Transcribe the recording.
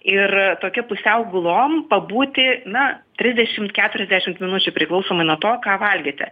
ir tokia pusiau gulom pabūti na trisdešimt keturiasdešimt minučių priklausomai nuo to ką valgėte